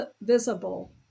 visible